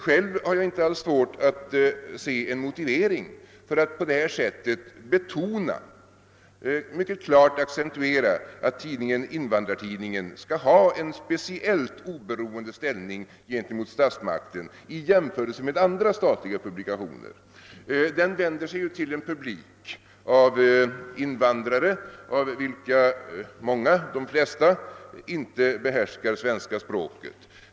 Själv har jag inte alls svårt att se en motivering för att på detta sätt mycket klart accentuera att Invandrartidningen skall ha en speciellt oberoende ställning gentemot statsmakten i jämförelse med andra statliga publikationer. Den vänder sig ju till en publik av invandrare av vilka de flesta inte behärskar svenska språket.